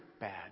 bad